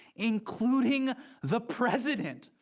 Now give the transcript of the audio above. including the president.